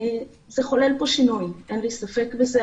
זה חולל פה שינוי, אין לי ספק בזה.